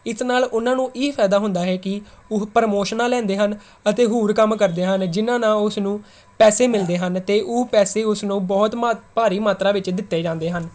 ਇਸ ਨਾਲ ਉਹਨਾਂ ਨੂੰ ਇਹ ਫ਼ਾਇਦਾ ਹੁੰਦਾ ਹੈ ਕਿ ਉਹ ਪ੍ਰਮੋਸ਼ਨਾਂ ਲੈਂਦੇ ਹਨ ਅਤੇ ਹੋਰ ਕੰਮ ਕਰਦੇ ਹਨ ਜਿਨ੍ਹਾਂ ਨਾਲ ਉਸ ਨੂੰ ਪੈਸੇ ਮਿਲਦੇ ਹਨ ਅਤੇ ਉਹ ਪੈਸੇ ਉਸ ਨੂੰ ਬਹੁਤ ਮਾਤ ਭਾਰੀ ਮਾਤਰਾ ਵਿੱਚ ਦਿੱਤੇ ਜਾਂਦੇ ਹਨ